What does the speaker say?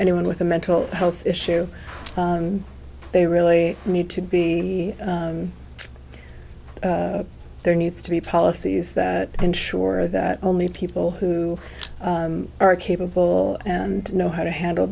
anyone with a mental health issue they really need to be there needs to be policies that ensure that only people who are capable and know how to handle